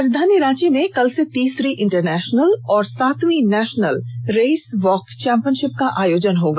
राजधानी रांची में कल से तीसरी इंटरनेषनल और सातवीं नेषनल रेस वॉक चैंपियनषिप का आयोजन होगा